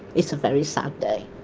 it's a very sad day,